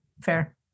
Fair